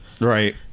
right